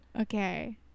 Okay